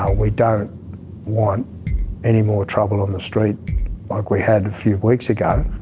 ah we don't want any more trouble on the street like we had a few weeks ago,